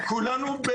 כולנו,